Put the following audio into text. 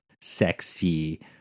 sexy